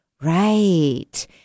right